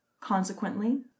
Consequently